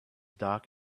dark